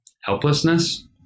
helplessness